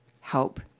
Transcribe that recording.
Help